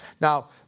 Now